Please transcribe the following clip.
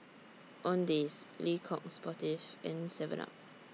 Owndays Le Coq Sportif and Seven up